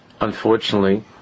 unfortunately